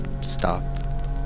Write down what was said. stop